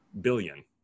billion